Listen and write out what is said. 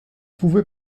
pouvez